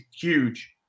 huge